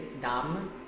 dumb